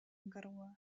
enkargua